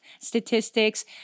statistics